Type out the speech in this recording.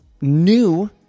new